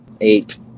eight